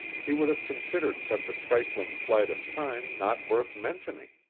he would have considered such a trifling flight of time not worth mentioning.